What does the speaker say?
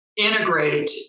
integrate